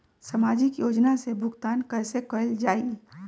सामाजिक योजना से भुगतान कैसे कयल जाई?